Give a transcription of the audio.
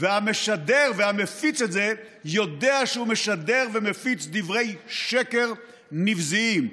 והמשדר והמפיץ את זה יודע שהוא משדר ומפיץ דברי שקר נבזיים.